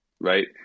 right